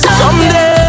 someday